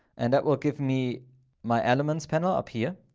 and that will give me my elements panel up here,